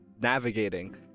navigating